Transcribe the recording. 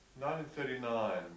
1939